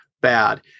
bad